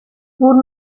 pur